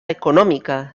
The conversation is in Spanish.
económica